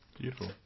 Beautiful